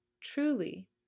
truly